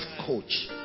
coach